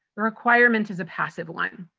the requirements is a passive one.